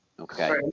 Okay